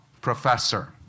professor